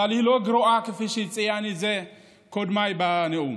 והיא לא גרועה כפי שציין את זה קודמי בנאום.